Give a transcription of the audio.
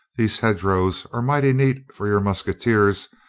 these hedge-rows are mighty neat for your musketeers,